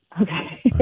okay